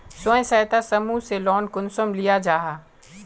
स्वयं सहायता समूह से लोन कुंसम लिया जाहा?